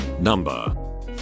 Number